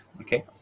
Okay